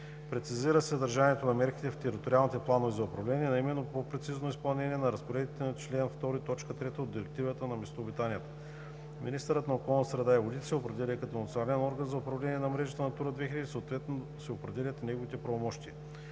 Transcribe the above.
Прецизира се съдържанието на мерките в териториалните планове за управление, а именно по-прецизно изпълнение на разпоредбите на чл. 2, т. 3 от Директивата за местообитанията. Министърът на околната среда и водите се определя като национален орган за управление на мрежата „Натура 2000“, съответно се определят и неговите правомощия.